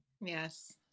Yes